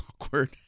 awkward